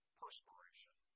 perspiration